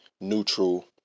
neutral